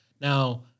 now